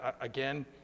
again